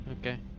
Okay